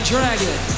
Dragon